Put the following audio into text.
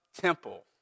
temple